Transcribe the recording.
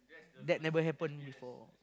that never happen before